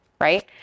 right